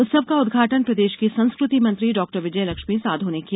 उत्सव का उद्घाटन प्रदेश की संस्कृति मंत्री डॉक्टर विजयलक्ष्मी साधौ ने किया